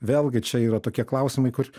vėlgi čia yra tokie klausimai kur